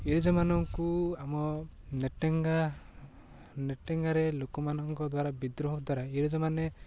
ଇଂରେଜମାନଙ୍କୁ ଆମ ନେଟେଙ୍ଗା ନେଟେଙ୍ଗାରେ ଲୋକମାନଙ୍କ ଦ୍ୱାରା ବିଦ୍ରୋହ ଦ୍ୱାରା ଇଂରେଜ ମାନେ